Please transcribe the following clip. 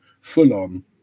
full-on